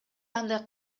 андай